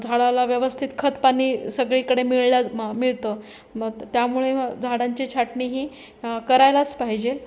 झाडाला व्यवस्थित खतपाणी सगळीकडे मिळल्या म मिळतं मग त्यामुळे झाडांची छाटणी ही करायलाच पाहिजे